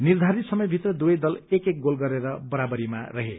निर्यारित समय भित्र दुवै दल एक एक गोल गरेर बराबरीमा रहे